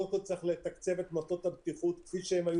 קודם כל צריך לתקצב את מפות הבטיחות כפי שהן היו